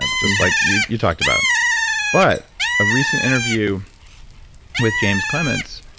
ah just like you you talked about but a recent interview with james clements,